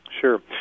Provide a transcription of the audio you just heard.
Sure